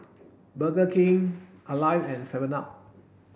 Burger King Alive and seven up